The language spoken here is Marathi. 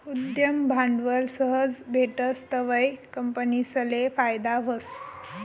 उद्यम भांडवल सहज भेटस तवंय कंपनीसले फायदा व्हस